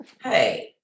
hey